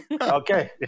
Okay